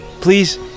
Please